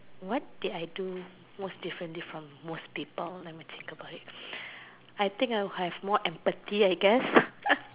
what did I do most differently from most people I guess I have more entity I guess